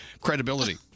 Credibility